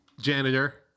Janitor